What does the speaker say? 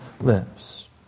lives